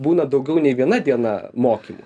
būna daugiau nei viena diena mokymų